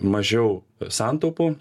mažiau santaupų